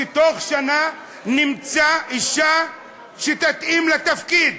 שבתוך שנה נמצא אישה שתתאים לתפקיד.